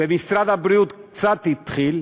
ומשרד הבריאות קצת התחיל: